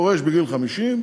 הוא פורש בגיל 50,